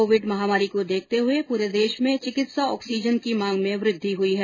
Covid महामारी को देखते हुए पूरे देश में चिकित्सा ऑक्सीजनकी मांग में वृद्धि हई है